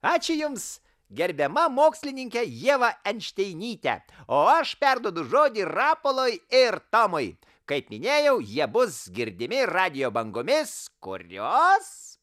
ačiū jums gerbiama mokslininke ieva enšteinyte o aš perduodu žodį rapolui ir tomui kaip minėjau jie bus girdimi radijo bangomis kurios